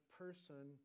person